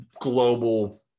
global